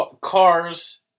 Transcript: cars